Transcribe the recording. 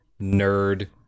nerd